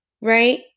right